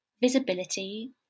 visibility